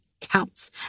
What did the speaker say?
counts